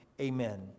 Amen